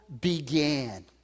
began